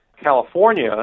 California